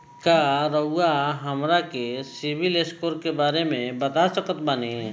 का रउआ हमरा के सिबिल स्कोर के बारे में बता सकत बानी?